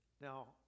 Now